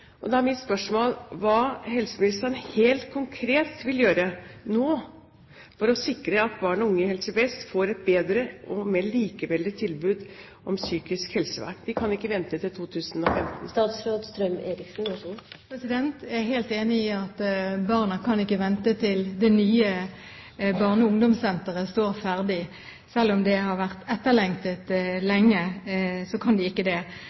Da er mitt spørsmål: Hva vil helseministeren helt konkret gjøre nå for å sikre at barn og unge i Helse Vest får et bedre og mer likeverdig tilbud om psykisk helsevern? De kan ikke vente til 2015. Jeg er helt enig i at barna ikke kan vente til det nye barne- og ungdomssenteret står ferdig. Selv om det har vært etterlengtet lenge, så kan de ikke det.